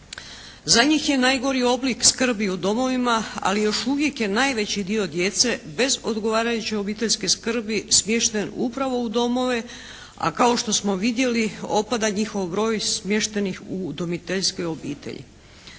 Za njih je najgori oblik skrbi u domovima ali još uvijek je najveći dio djece bez odgovarajuće obiteljske skrbi smješten upravo u domove. A kao što smo vidjeli opada njihov broj smještenih u udomiteljskoj obitelji.